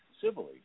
civilly